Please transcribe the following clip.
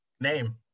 name